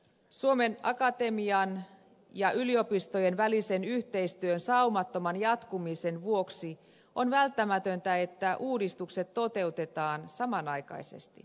suomen akatemian ja yliopistojen välisen yhteistyön saumattoman jatkumisen vuoksi on välttämätöntä että uudistukset toteutetaan samanaikaisesti